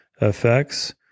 effects